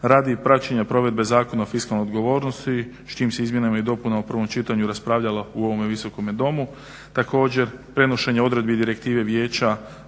radi praćenja provedbe Zakona o fiskalnoj odgovornosti s čijim se izmjenama i dopunama u prvom čitanju raspravljalo u ovome Visokome domu. Također prenošenje odredbi i direktive Vijeća